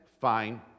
Fine